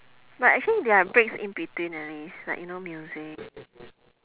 but actually there are breaks in between the list like you know music